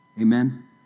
Amen